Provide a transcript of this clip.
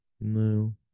No